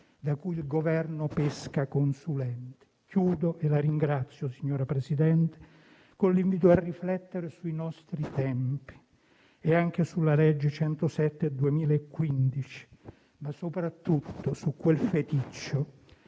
da cui il Governo pesca consulenti. Chiudo e la ringrazio, signora Presidente, con l'invito a riflettere sui nostri tempi, sulla legge n. 107 del 2015, ma soprattutto su quel feticcio